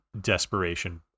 desperation